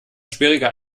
schwieriger